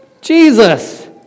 Jesus